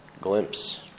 glimpse